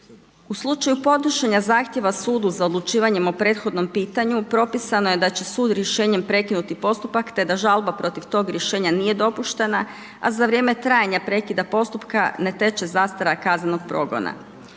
U slučaju podnošenja zahtjeva sudu za odlučivanjem o prethodnom pitanju propisano je da će sud rješenjem prekinuti postupak te da žalba protiv tog rješenja nije dopuštena a za vrijeme trajanja prekida postupka ne teče zastara kaznenog progona.